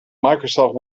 microsoft